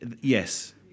yes